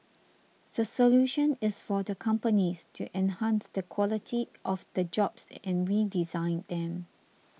the solution is for the companies to enhance the quality of the jobs and redesign them